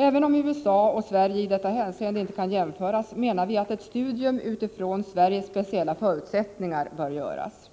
Även om USA och Sverige inte kan jämföras i detta hänseende, menar vi att ett studium utifrån Sveriges speciella förutsättningar bör göras.